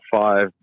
five